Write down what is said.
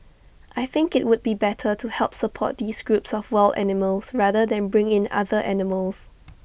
I think IT would be better to help support these groups of wild animals rather than bring in other animals